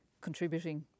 contributing